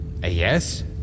Yes